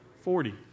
Forty